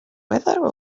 weather